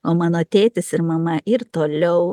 o mano tėtis ir mama ir toliau